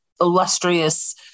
illustrious